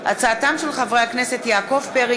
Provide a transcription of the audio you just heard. בהצעתם של חברי הכנסת יעקב פרי,